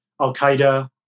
al-Qaeda